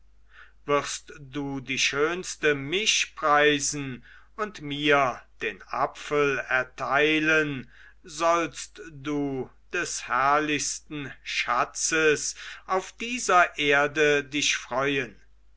wirst du die schönste mich preisen und mir den apfel erteilen sollst du des herrlichsten schatzes auf dieser erde dich freuen